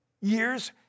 years